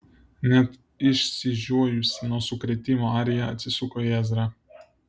net išsižiojusi nuo sukrėtimo arija atsisuko į ezrą